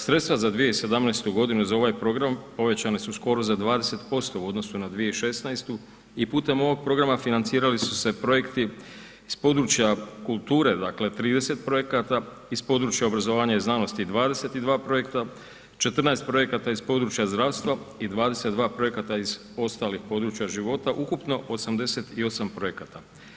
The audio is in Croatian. Sredstva za 2017. za ovaj program, povećana su skoro za 20% u odnosu na 2016. i putem ovog programa, financirali su se projekti s područja kulture dakle, 30 projekata, iz područja obrazovanja i znanosti 22 projekta, 14 projekata iz područja zdravstva i 22 projekata iz ostalih područja života ukupno 88 projekata.